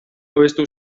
abestu